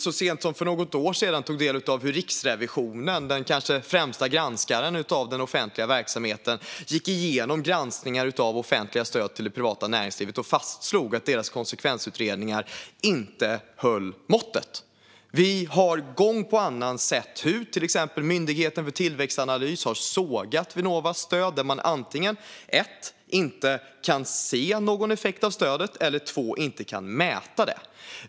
Så sent som för något år sedan tog vi del av hur Riksrevisionen - den kanske främsta granskaren av den offentliga verksamheten - gick igenom granskningar av offentliga stöd till det privata näringslivet och fastslog att deras konsekvensutredningar inte höll måttet. Vi har gång efter annan sett hur till exempel Myndigheten för tillväxtanalys har sågat Vinnovas stöd där man antingen inte kan se någon effekt av stödet eller inte kan mäta det.